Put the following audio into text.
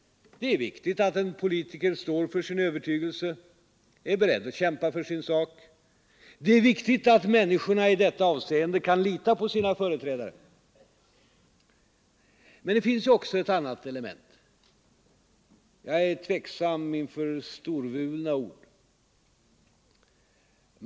Det är viktigt att en politiker står för sin övertygelse, är beredd att kämpa för sin sak. Det är viktigt att människorna i detta avseende kan lita på sina företrädare. Men det finns också ett annat element. Jag känner en tveksamhet inför storvulna ord.